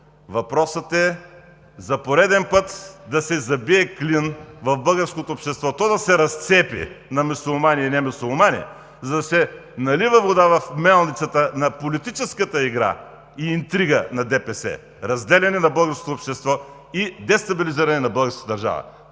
въпросът е за пореден път да се забие клин в българското общество, то да се разцепи на мюсюлмани и немюсюлмани, за да се налива вода в мелницата на политическата игра и интрига на ДПС – разделяне на българското общество и дестабилизиране на българската държава!